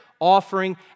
offering